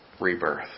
Rebirth